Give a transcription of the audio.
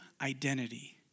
identity